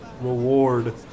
reward